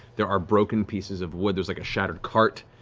there are broken pieces of wood, there's like a shattered cart,